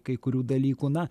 kai kurių dalykų na